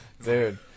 Dude